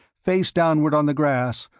face downward on the grass,